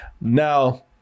Now